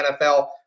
NFL